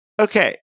Okay